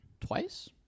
twice